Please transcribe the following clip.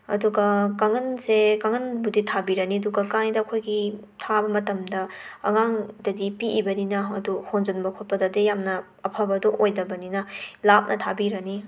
ꯑꯗꯨꯒ ꯀꯥꯡꯒꯟꯁꯦ ꯀꯥꯡꯒꯟꯕꯨꯗꯤ ꯊꯥꯕꯤꯔꯅꯤ ꯑꯗꯨꯒ ꯀꯥꯡ ꯍꯤꯗꯥꯛ ꯑꯩꯈꯣꯏꯒꯤ ꯊꯥꯕ ꯃꯇꯝꯗ ꯑꯉꯥꯡꯗꯗꯤ ꯄꯤꯛꯏꯕꯅꯤꯅ ꯍꯣꯗꯣꯛ ꯍꯣꯟꯖꯟꯕ ꯈꯣꯠꯄꯗꯗꯤ ꯌꯥꯝꯅ ꯑꯐꯕꯗꯨ ꯑꯣꯏꯗꯕꯅꯤꯅ ꯂꯥꯞꯅ ꯊꯥꯕꯤꯔꯅꯤ